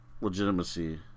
legitimacy